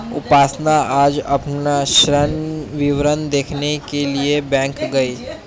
उपासना आज अपना ऋण विवरण देखने के लिए बैंक गई